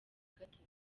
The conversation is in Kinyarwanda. gatatu